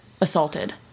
assaulted